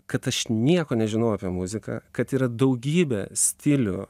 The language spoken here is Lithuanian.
kad aš nieko nežinau apie muziką kad yra daugybė stilių